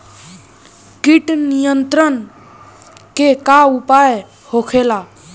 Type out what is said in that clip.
कीट नियंत्रण के का उपाय होखेला?